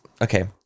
okay